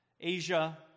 Asia